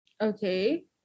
Okay